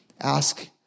ask